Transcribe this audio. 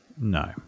No